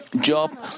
Job